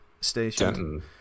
Station